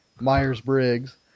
Myers-Briggs